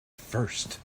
first